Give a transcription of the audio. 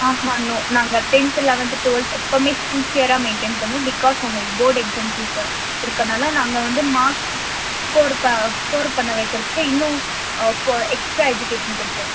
ஆஹான் நோ நாங்கள் tenth eleventh twelfth எப்போதுமே சின்சியராக மெயின்டைன் பண்ணுவோம் பிகாஸ் அவங்களுக்கு போர்ட் எக்ஸாம்ஸ் இருக்க இருக்கறதுனால நாங்கள் வந்து மார்க்ஸ் ஸ்கோர் ஸ்கோர் பண்ண வைக்கிறத்துக்கு இன்னும் எக்ஸ்ட்ரா எஜுகேஷன் கொடுப்போம்